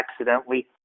accidentally